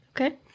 Okay